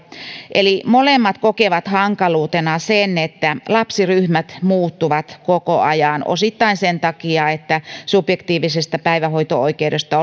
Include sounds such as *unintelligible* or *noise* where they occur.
eli molemmat kokevat hankaluutena sen että lapsiryhmät muuttuvat koko ajan osittain sen takia että subjektiivisesta päivähoito oikeudesta *unintelligible*